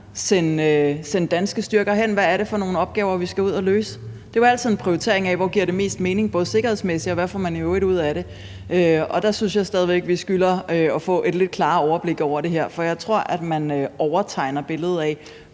sende danske styrker hen. Hvad er det for nogle opgaver, vi skal ud at løse? Det er jo altid en prioritering af, hvor det giver mest mening sikkerhedsmæssigt, og hvad man i øvrigt får ud af det. Der synes jeg stadig væk, at vi skylder at få et lidt klarere overblik over det her, for jeg tror, at man overtegner billedet af,